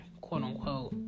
quote-unquote